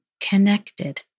connected